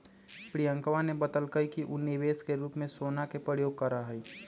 प्रियंकवा ने बतल कई कि ऊ निवेश के रूप में सोना के प्रयोग करा हई